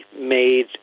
made